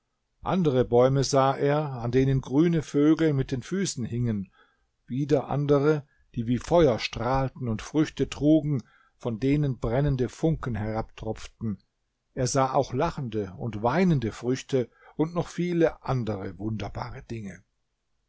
andere bäume sah er an denen grüne vögel mit den füßen hingen wieder andere die wie feuer strahlten und früchte trugen von denen brennende funken herabtropften er sah auch lachende und weinende früchte und noch viele andere wunderbare dinge